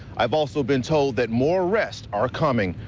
i've also been told that more arrests are coming.